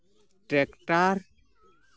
tractor